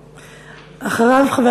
מצנע.